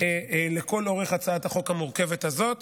לכל אורך הצעת החוק המורכבת הזאת,